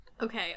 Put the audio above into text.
okay